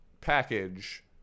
package